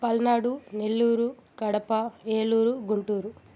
Palnadu Nellore Kadapa Eluru Guntur